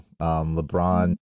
LeBron